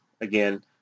again